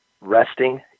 resting